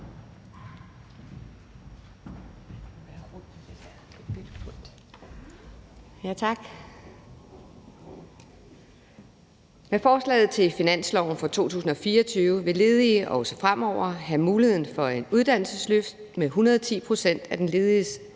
Med forslaget til finansloven for 2024 vil ledige også fremover have mulighed for et uddannelsesløft med 110 pct. af den lediges